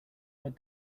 that